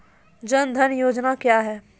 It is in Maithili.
जन धन योजना क्या है?